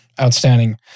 Outstanding